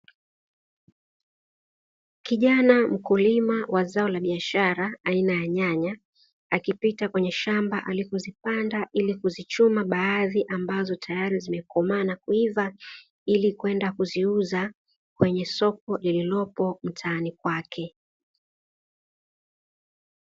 Kijana mkulima wa zao la biashara aina ya nyanya, akipita kwenye shamba alipozipanda ili kuzichuma baadhi ambazo tayari zimekomaa na kuiva ili kuenda kuziuza kwenye soko lililopo mtaani kwake.